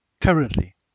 currently